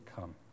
come